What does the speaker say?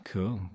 Cool